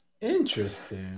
Interesting